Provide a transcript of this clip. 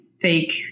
fake